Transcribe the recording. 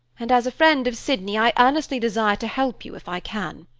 and as a friend of sydney, i earnestly desire to help you, if i can.